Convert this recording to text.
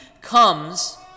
comes